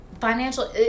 Financial